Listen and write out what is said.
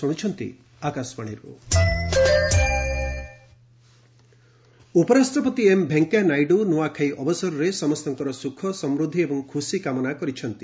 ନ୍ ଆଁଖାଇ ଉପରାଷ୍ଟ୍ରପତି ଏମ୍ ଭେଙ୍କେୟା ନାଇଡୁ ନୂଆଖାଇ ଅବସରରେ ସମସ୍ତଙ୍କର ସୁଖ ସମୃଦ୍ଧି ଏବଂ ଖୁସି କାମନା କରିଛନ୍ତି